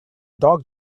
dog